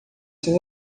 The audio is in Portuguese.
seu